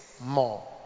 more